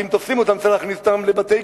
אם תופסים אותם צריך להכניס אותם לבתי-כלא,